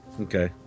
Okay